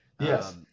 Yes